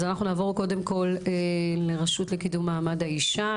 אנחנו נעבור קודם כל לרשות לקידום מעמד האישה,